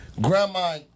Grandma